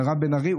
מירב בן ארי,